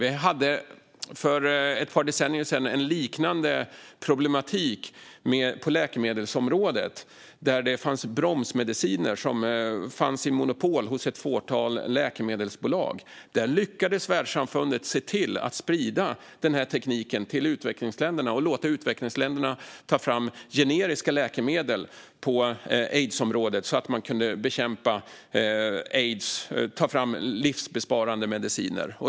Vi hade för ett par decennier sedan en liknande problematik på läkemedelsområdet. Det fanns bromsmediciner som ett fåtal läkemedelsbolag hade monopol på. Där lyckades Världssamfundet se till att sprida denna teknik till utvecklingsländerna så att de kunde ta fram generiska läkemedel på aidsområdet. Det innebar att man kunde bekämpa aids och ta fram livssparande mediciner.